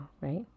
right